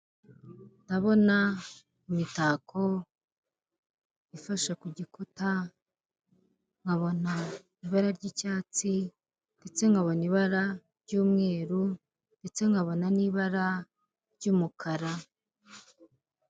Ndabona imitako ifashe kugikuta nkabona ibara ry'icyatsi ndetse nkabona ibara ry'umweru ndetse nkabona n'ibara ry'umukara.